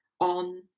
on